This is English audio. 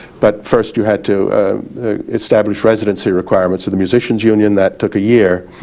but first you had to establish residency requirements of the musician's union, that took a year.